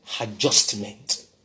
adjustment